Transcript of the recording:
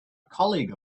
colleague